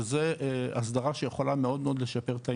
וזה הסדרה שיכולה מאוד מאוד לשקף את העניין.